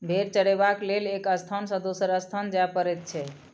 भेंड़ चरयबाक लेल एक स्थान सॅ दोसर स्थान जाय पड़ैत छै